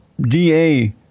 DA